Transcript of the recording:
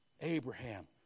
Abraham